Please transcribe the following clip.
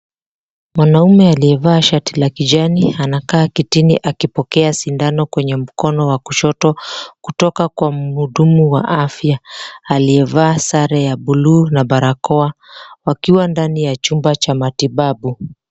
Mwanamume aliyevaa shati la kijani anakaa kitini akipokea sindano kwenye mkono wa kushoto kutoka kwa mhudumu wa afya, aliyevaa sare ya buluu na barakoa. Wakiwa ndani ya chumba cha matibabu.